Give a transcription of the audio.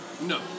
No